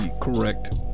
correct